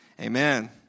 amen